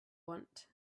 want